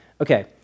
Okay